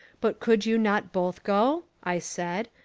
but could you not both go, i said,